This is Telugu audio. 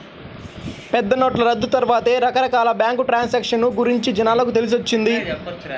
పెద్దనోట్ల రద్దు తర్వాతే రకరకాల బ్యేంకు ట్రాన్సాక్షన్ గురించి జనాలకు తెలిసొచ్చింది